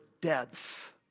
deaths